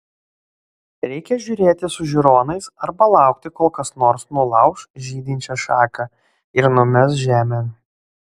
reikia žiūrėti su žiūronais arba laukti kol kas nors nulauš žydinčią šaką ir numes žemėn